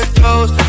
toes